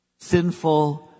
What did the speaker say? sinful